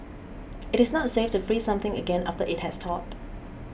it is not safe to freeze something again after it has thawed